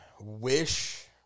wish